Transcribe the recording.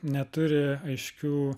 neturi aiškių